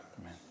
Amen